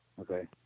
Okay